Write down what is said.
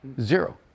zero